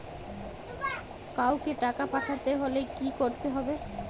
কাওকে টাকা পাঠাতে হলে কি করতে হবে?